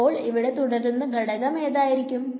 അപ്പോൾ ഇവിടെ തുടരുന്ന ഘടകം ഏതായിരിക്കും